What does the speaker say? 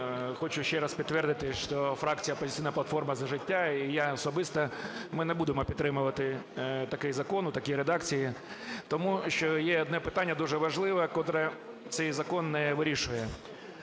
хочу ще раз підтвердити, що фракція "Опозиційна платформа – За життя" і я особисто, ми не будемо підтримувати такий закон у такій редакції, тому що є одне питання дуже важливе, котре цей закон не вирішує